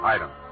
Item